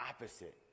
opposite